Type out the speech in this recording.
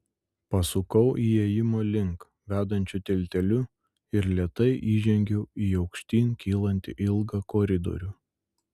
pasukau įėjimo link vedančiu tilteliu ir lėtai įžengiau į aukštyn kylantį ilgą koridorių